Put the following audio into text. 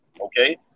Okay